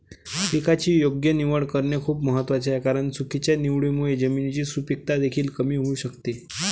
पिकाची योग्य निवड करणे खूप महत्वाचे आहे कारण चुकीच्या निवडीमुळे जमिनीची सुपीकता देखील कमी होऊ शकते